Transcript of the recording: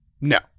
No